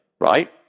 right